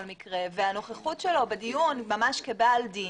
הנוכחות שלו בדיון ממש כבעל דין